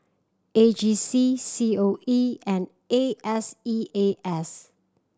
A G C C O E and I S E A S